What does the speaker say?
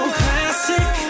classic